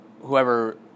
whoever